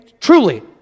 truly